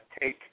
take –